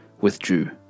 withdrew